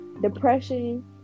depression